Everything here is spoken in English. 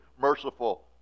merciful